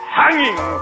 hanging